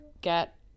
get